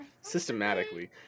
systematically